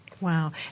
Wow